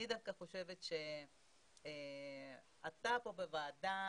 אני דווקא חושבת שאתה פה, בוועדה,